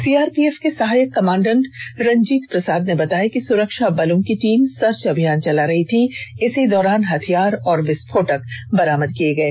CRPF के सहायक commandant Ranjit Prasad ने बताया कि सुरक्षा बलों की टीम सर्च अभियान चला रही थी इसी दौरान हथियार और विस्फोटक बरामद किये गये